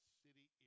city